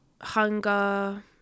Hunger